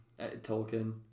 Tolkien